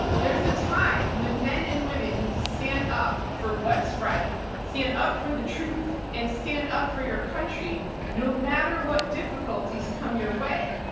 there is a time when men and women need to stand up for what's right, stand up for the truth and stand up for your country no matter what difficulties come your way.